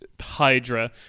Hydra